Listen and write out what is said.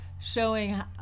showing